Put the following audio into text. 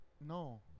No